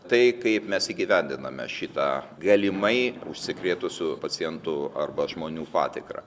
tai kaip mes įgyvendiname šitą galimai užsikrėtusių pacientų arba žmonių patikrą